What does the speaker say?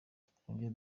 twongere